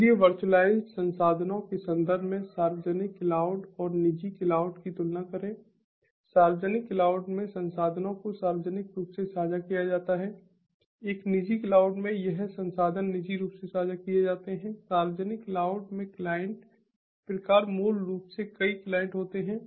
इसलिए वर्चुअलाइज्ड संसाधनों के संदर्भ में सार्वजनिकप क्लाउड और निजी क्लाउड की तुलना करें सार्वजनिक क्लाउड में संसाधनों को सार्वजनिक रूप से साझा किया जाता है एक निजी क्लाउड में यह संसाधन निजी रूप से साझा किए जाते हैं सार्वजनिक क्लाउड में क्लाइंट प्रकार मूल रूप से कई क्लाइंट होते हैं